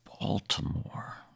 Baltimore